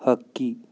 ಹಕ್ಕಿ